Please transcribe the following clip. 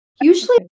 Usually